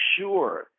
sure